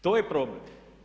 To je problem.